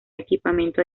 equipamiento